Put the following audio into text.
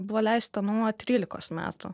buvo leista nuo trylikos metų